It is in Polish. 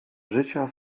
życia